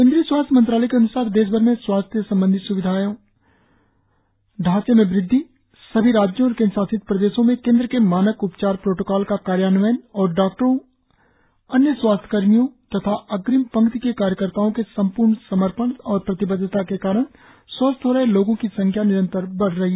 केंद्रीय स्वास्थ्य मंत्रालय के अन्सार देशभर में स्वास्थ्य संबंधी ब्नियादी ढांचे में वृद्धि सभी राज्यों और केंद्र शासित प्रदेशों में केंद्र के मानक उपचार प्रोटोकोल का कार्यान्वयन और डॉक्टरों अन्य स्वास्थ्य कर्मियों तथा अग्रिम पंक्ति के कार्यकर्ताओं के संपूर्ण समर्पण और प्रतिबद्वता के कारण स्वस्थ हो रहे लोगों की संख्या निरंतर बढ़ रही है